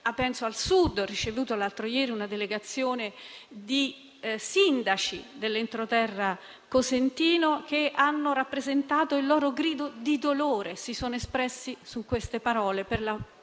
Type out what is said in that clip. (penso al Sud). Ho ricevuto l'altro ieri una delegazione di sindaci dell'entroterra cosentino, che hanno rappresentato il loro grido di dolore (si sono espressi con queste parole)